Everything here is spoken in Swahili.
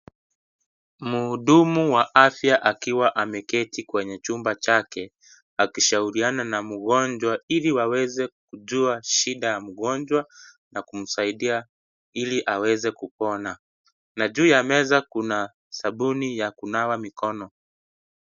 Muhudumu wa afya akiwa ameketi kwenye chumba chake ,wakishauriana na mgonjwa ili aweze kujua shida ya mgonjwa na kumsaidia ili aweze kupona na juu ya meza kuna sabuni ya kunawa mikono.